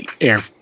Air